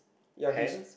ya his